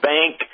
Bank